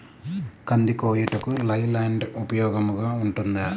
కంది కోయుటకు లై ల్యాండ్ ఉపయోగముగా ఉంటుందా?